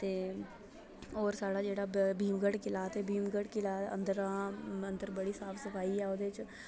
ते होर साढ़ा जेह्ड़ा भीम गढ़ किला इत्थै भीम गढ़ किला अंदरां अंदर बड़ी साफ सफाई ऐ ओह्दे च